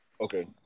Okay